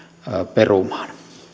perumaan